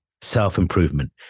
self-improvement